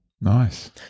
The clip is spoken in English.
Nice